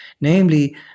Namely